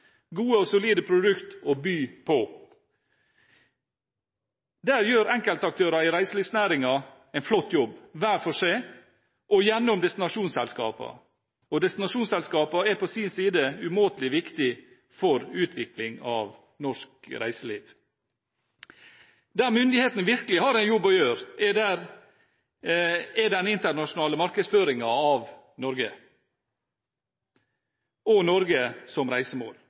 gode og solide produkter å by på. Der gjør enkeltaktører i reiselivsnæringen en flott jobb hver for seg og gjennom destinasjonsselskapene. Destinasjonsselskapene er på sin side umåtelig viktige for utvikling av norsk reiseliv. Der myndighetene virkelig har en jobb å gjøre, er på den internasjonale markedsføringen av Norge og Norge som reisemål.